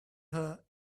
her